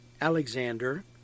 Alexander